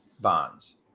bonds